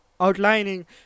outlining